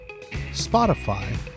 Spotify